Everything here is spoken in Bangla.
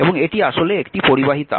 এবং এটি আসলে একটি পরিবাহী তার